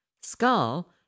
Skull